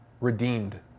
redeemed